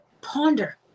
ponder